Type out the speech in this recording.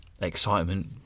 Excitement